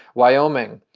wyoming.